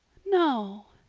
no.